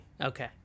okay